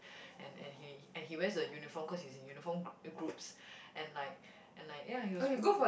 and and he and he wears the uniform cause he is in uniform gr~ groups and like and like ya he was